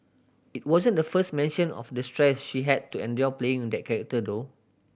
it wasn't the first mention of the stress she had to endure playing that character though